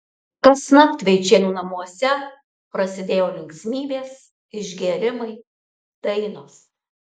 kasnakt vaičėnų namuose prasidėjo linksmybės išgėrimai dainos